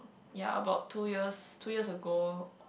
ya about two years two years ago